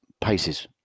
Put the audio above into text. paces